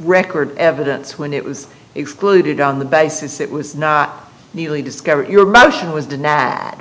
record evidence when it was excluded on the basis it was not merely discovery your motion was